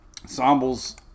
Ensembles